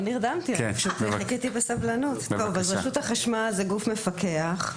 אז רשות החשמל זה גוף מפקח.